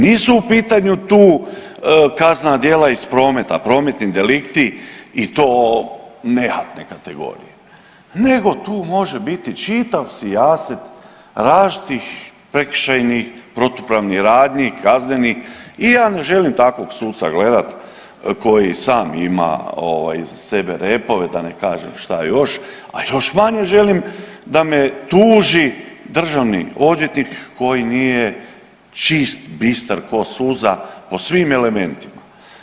Nisu u pitanju tu kaznena djela iz prometa, prometni delikti i to nehatne kategorije nego tu može biti čitav sijaset različitih prekršajnih protupravnih radnji, kaznenih i ja ne želim takvog suca gledati koji sam ima iza sebe repove, da ne kažem šta još, a još manje želim da me tuži državni odvjetnik koji nije čist, bistar k'o suza po svim elementima.